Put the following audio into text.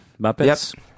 Muppets